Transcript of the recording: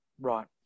Right